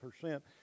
percent